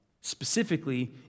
specifically